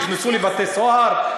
נכנסו לבתי-סוהר?